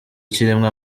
kirimwo